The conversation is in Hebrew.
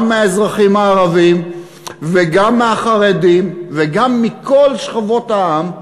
מהאזרחים הערבים וגם מהחרדים וגם מכל שכבות העם,